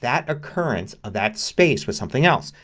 that occurrence of that space with something else.